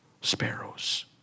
sparrows